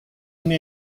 una